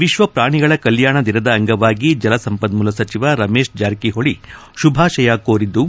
ವಿಶ್ವಸ್ತಾಣಿಗಳ ಕಲ್ಲಾಣ ದಿನದ ಅಂಗವಾಗಿ ಜಲಸಂಪನ್ನೂಲ ಸಚಿವ ರಮೇಶ್ ಜಾರಕಿಹೊಳ ಶುಭಾಶಯ ಕೋರಿದ್ದು